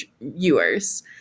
viewers